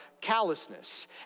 callousness